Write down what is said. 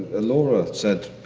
ah laura said.